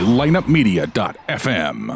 lineupmedia.fm